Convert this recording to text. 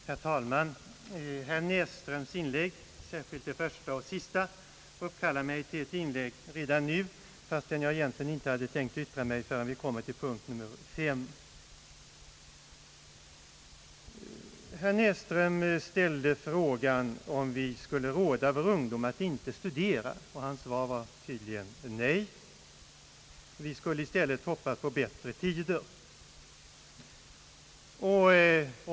Herr talman! Inläggen från herr Näsström, särskilt det första och det senaste, uppkallar mig redan nu, fastän jag egentligen inte hade tänkt yttra mig förrän vi kommer till punkt 5 i utskottsutlåtandet. Herr Näsström frågade om vi skulle avråda våra ungdomar från att studera, och hans svar var tydligen nej. Vi skulle i stället hoppas på bättre tider.